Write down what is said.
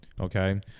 Okay